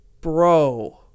bro